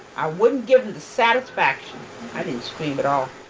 i wouldn't give them the satisfaction. i didn't scream at all